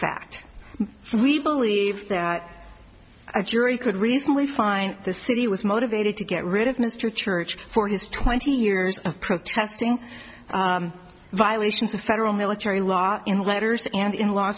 fact we believe that a jury could reasonably find the city was motivated to get rid of mr church for his twenty years of protesting violations of federal military law in letters and in laws